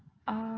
err